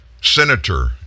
Senator